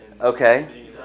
Okay